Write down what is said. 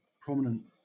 prominent